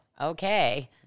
Okay